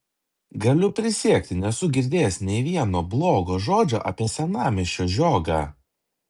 galiu prisiekti nesu girdėjęs nei vieno blogo žodžio apie senamiesčio žiogą